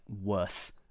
worse